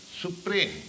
Supreme